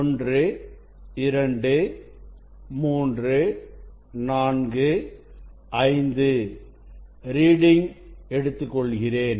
12345 reading எடுத்துக்கொள்கிறேன்